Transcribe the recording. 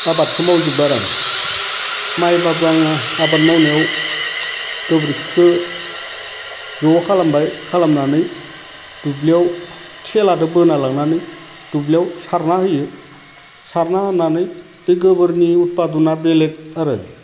आबादखौ मावजोबो आरो आं माइ बाबो आङो आबाद मावनायाव गोबोरखिखो ज' खालामबाय खालामनानै दुब्लियाव थेलाजों बोना लांनानै दुब्लियाव सारना होयो सारना होनानै बे गोबोरनि उहादना बेलेग आरो